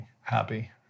Happy